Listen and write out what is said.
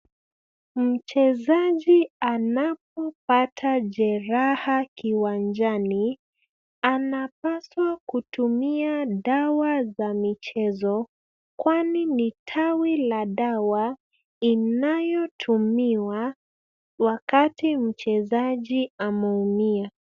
Mchezaji anapopata jeraha kiwanjani, anapaswa kutumia dawa za michezo, kwani ni tawi la dawa inayotumiwa wakati mchezaji ameumia.